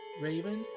Raven